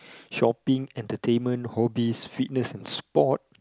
shopping entertainment hobbies fitness and sports